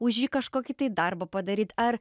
už jį kažkokį tai darbą padaryt ar